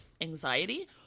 anxiety